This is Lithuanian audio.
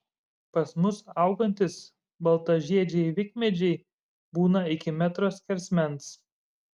pas mus augantys baltažiedžiai vikmedžiai būna iki metro skersmens